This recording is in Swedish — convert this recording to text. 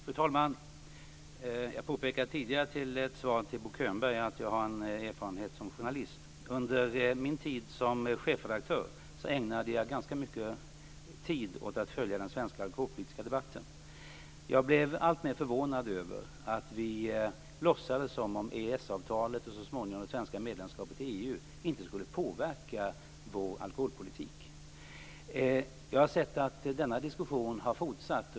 Fru talman! Jag påpekade tidigare i ett svar till Bo Könberg att jag har erfarenhet som journalist. Under min tid som chefredaktör ägnade jag ganska mycket tid åt att följa den svenska alkoholpolitiska debatten. Jag blev alltmer förvånad över att vi låtsades som om EES-avtalet och så småningom det svenska medlemskapet i EU inte skulle påverka vår alkoholpolitik. Jag har sett att denna diskussion har fortsatt.